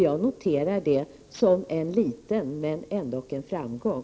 Jag noterar detta som en liten men ändock framgång.